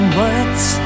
words